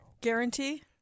guarantee